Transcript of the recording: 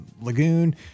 lagoon